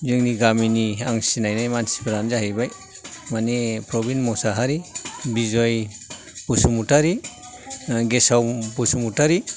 जोंनि गामिनि आं सिनायनाय मानसिफ्रानो जाहैबाय माने प्रबिन मुसाहारी बिजय बसुमतारी गेसाव बसुमतारी